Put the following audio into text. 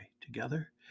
together